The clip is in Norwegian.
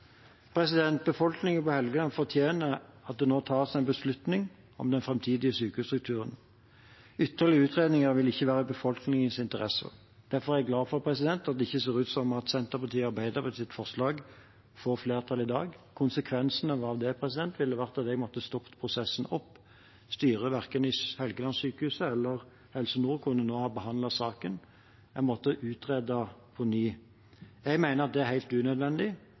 behov. Befolkningen på Helgeland fortjener at det nå tas en beslutning om den framtidige sykehusstrukturen. Ytterligere utredninger vil ikke være i befolkningens interesse. Derfor er jeg glad for at det ikke ser ut som om Senterpartiet og Arbeiderpartiets forslag får flertall i dag. Konsekvensen av det ville vært å måtte stoppe prosessen. Verken styret i Helgelandssykehuset eller styret i Helse Nord kunne ha behandlet saken, en måtte ha utredet på ny. Jeg mener at det er helt unødvendig.